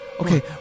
Okay